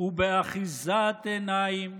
ובאחיזת עיניים